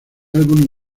álbum